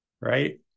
right